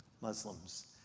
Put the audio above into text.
Muslims